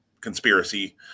conspiracy